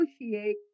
negotiate